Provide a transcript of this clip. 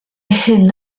hyn